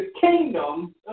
kingdom